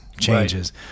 changes